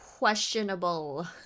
questionable